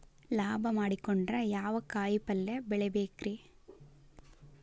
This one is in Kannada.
ಲಾಭ ಮಾಡಕೊಂಡ್ರ ಯಾವ ಕಾಯಿಪಲ್ಯ ಬೆಳಿಬೇಕ್ರೇ?